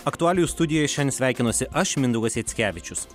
aktualijų studija šiandien sveikinuosi aš mindaugas jackevičius